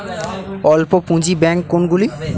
অল্প পুঁজি ব্যাঙ্ক কোনগুলি?